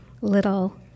little